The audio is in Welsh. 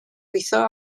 gweithio